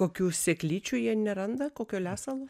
kokių sėklyčių jie neranda kokio lesalo